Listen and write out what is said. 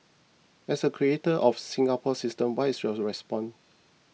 as a creator of Singapore system why is your response